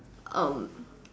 um